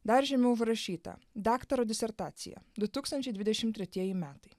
dar žemiau užrašyta daktaro disertacija du tūkstančiai dvidešim tretieji metai